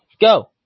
go